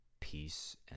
peace